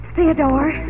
Theodore